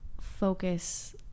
focus